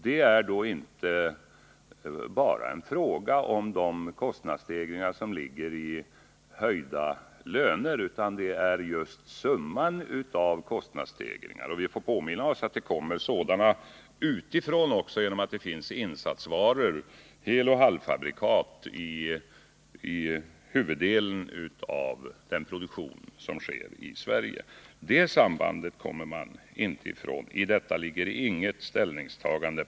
Det är då inte bara en fråga om de kostnadsstegringar som ligger i höjda löner, utan det är just summan av kostnadsstegringar. Vi får komma ihåg att det kommer sådana utifrån också genom att det finns insatsvaror — heloch halvfabrikat — i huvuddelen av den produktion som sker i Sverige. Det sambandet kommer man inte ifrån. I detta ligger inget ställningstagande.